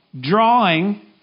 drawing